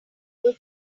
able